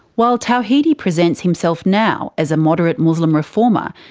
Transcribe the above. while tawhidi presents himself now as a moderate muslim reformer,